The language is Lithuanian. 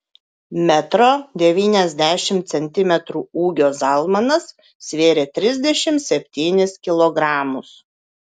metro devyniasdešimt centimetrų ūgio zalmanas svėrė trisdešimt septynis kilogramus